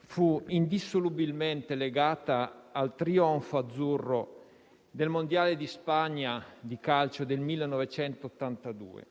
fu indissolubilmente legata al trionfo azzurro del mondiale di calcio di Spagna del 1982,